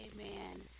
Amen